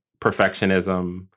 perfectionism